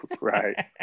Right